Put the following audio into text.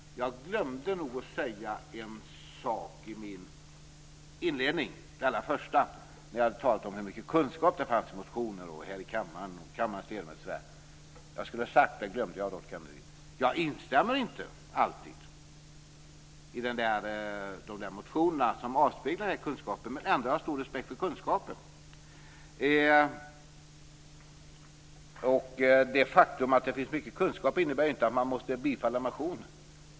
Fru talman! Jag glömde att säga en sak i min inledning när jag talade om hur mycket kunskap det fanns i motioner och hos kammarens ledamöter. Jag skulle ha sagt att jag inte alltid instämmer i de motioner som avspeglar denna kunskap, men att jag har stor respekt för kunskapen. Det faktum att det finns mycket kunskap innebär ju inte att man måste bifalla motionen.